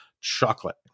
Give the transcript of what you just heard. chocolate